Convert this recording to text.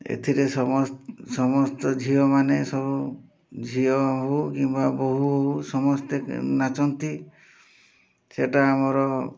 ଏଥିରେ ସମସ୍ତ ଝିଅମାନେ ସବୁ ଝିଅ ହେଉ କିମ୍ବା ବୋହୂ ହେଉ ସମସ୍ତେ ନାଚନ୍ତି ସେଇଟା ଆମର